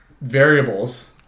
variables